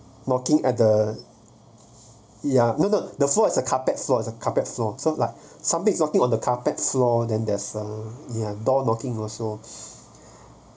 knocking at the ya no no the floor is a carpet floor is a carpet floor so like some big something on the carpet floor then there's a ya door knocking also